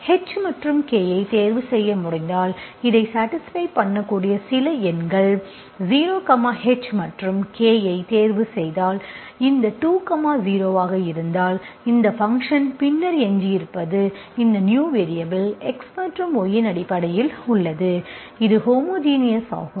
h மற்றும் K ஐ தேர்வு செய்ய முடிந்தால் இதை சாடிஸ்ப்பை பண்ணக்கூடிய சில எண்கள் 0 h மற்றும் k ஐ தேர்வு செய்தால் இந்த 2 0 ஆக இருந்தால் இந்த ஃபங்க்ஷன் பின்னர் எஞ்சியிருப்பது இந்த நியூ வேரியபல் X மற்றும் Y இன் அடிப்படையில் உள்ளது இது ஹோமோஜினஸ் ஆகும்